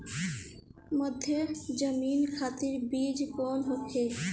मध्य जमीन खातिर बीज कौन होखे?